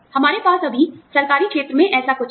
हमारे पास अभी सरकारी क्षेत्र में ऐसा कुछ है